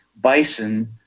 bison